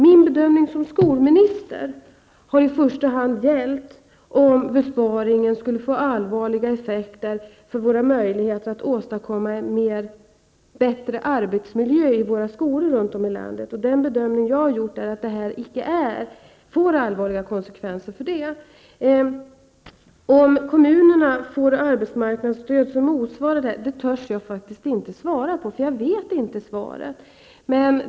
Min bedömning såsom skolminister har i första hand gällt om besparingarna skulle få allvarliga effekter på våra möjligheter att åstadkomma en bättre arbetsmiljö i våra skolor runt om i landet. Den bedömning som jag har gjort är att detta inte får allvarliga konsekvenser. Om kommunerna får arbetsmarknadsstöd som motsvarar det indragna beloppet törs jag inte säga. Jag vet inte svaret.